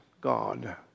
God